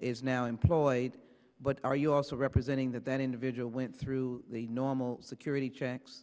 is now employed but are you also representing that that individual went through the normal security checks